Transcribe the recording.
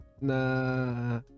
na